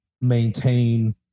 maintain